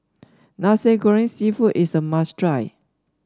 Nasi Goreng seafood is a must try